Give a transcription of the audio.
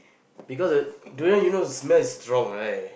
because err durian you know the smell is strong right